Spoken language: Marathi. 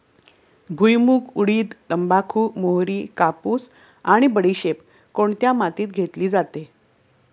भुईमूग, उडीद, तंबाखू, मोहरी, कापूस आणि बडीशेप कोणत्या मातीत घेतली जाते?